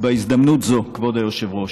קרוב או רחוק?